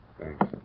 thanks